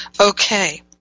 okay